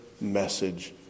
message